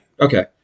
Okay